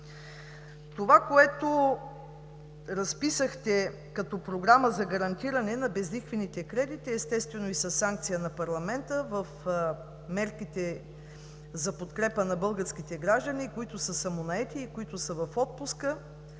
Това, което разписахте като Програма за гарантиране на безлихвените кредите, естествено, и със санкция на парламента в мерките за подкрепа на българските граждани, които са самонаети и които са в отпуска,